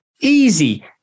easy